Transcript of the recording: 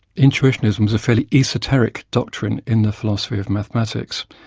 intuitionism was a fairly esoteric doctrine in the philosophy of mathematics,